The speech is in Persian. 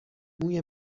موی